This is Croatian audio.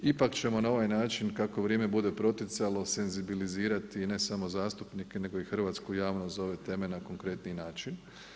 Ipak ćemo na ovaj način, kako vrijeme bude proticalo senzibilizirati ne samo zastupnike nego i hrvatsku javnost za ove teme na konkretniji način.